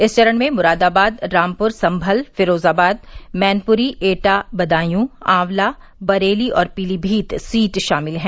इस चरण में मुरादाबाद रामपुर संमल फिरोजाबाद मैनपुरी एटा बदायू आंवला बरेली और पीलीमीत सीट शामिल है